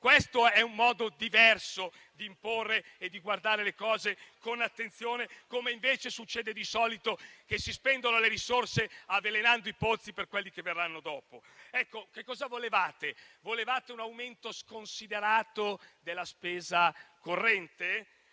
Questo è un modo diverso di guardare le cose con attenzione, a differenza di come succede di solito: si spendono le risorse avvelenando i pozzi per quelli che verranno dopo. Che cosa volevate? Volevate un aumento sconsiderato della spesa corrente,